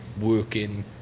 working